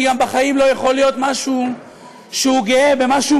אני גם בחיים לא יכול להיות משהו שגאה במשהו